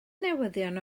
newyddion